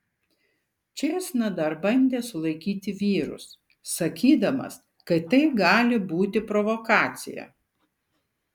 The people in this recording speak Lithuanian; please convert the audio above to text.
čėsna dar bandė sulaikyti vyrus sakydamas kad tai gali būti provokacija